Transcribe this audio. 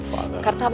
Father